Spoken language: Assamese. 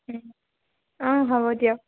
অঁ হ'ব দিয়ক